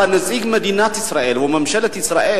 אתה נציג מדינת ישראל וממשלת ישראל.